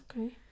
Okay